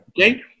Okay